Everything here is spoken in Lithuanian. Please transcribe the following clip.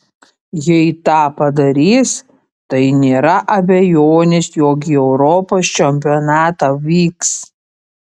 jei tą padarys tai nėra abejonės jog į europos čempionatą vyks